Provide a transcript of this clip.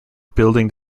building